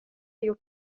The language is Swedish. gjort